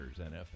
NFL